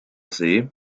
see